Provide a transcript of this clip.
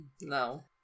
No